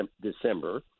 December